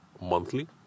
monthly